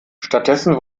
stattdessen